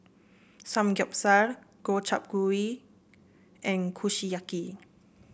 Samgyeopsal Gobchang Gui and Kushiyaki